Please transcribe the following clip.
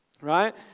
right